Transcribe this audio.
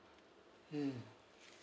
mm